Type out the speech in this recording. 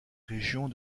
régions